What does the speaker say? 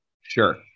Sure